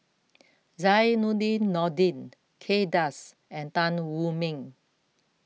Zainudin Nordin Kay Das and Tan Wu Meng